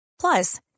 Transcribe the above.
Plus